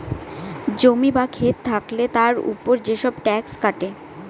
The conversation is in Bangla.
জমি বা খেত থাকলে তার উপর যেসব ট্যাক্স কাটে